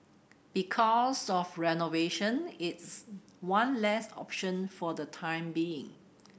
because of renovation it's one less option for the time being